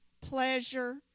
pleasure